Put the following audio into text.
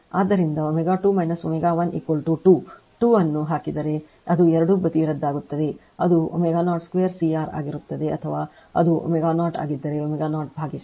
ಆದ್ದರಿಂದ ω2 ω 1 2 2 ಅನ್ನು ಹಾಕಿದರೆ ಅದು ಎರಡೂ ಬದಿ ರದ್ದಾಗುತ್ತದೆ ಅದು ω02 CR ಆಗಿರುತ್ತದೆ ಅಥವಾ ಅದು ω0 ಆಗಿದ್ದರೆ ω0ಭಾಗಿಸಿ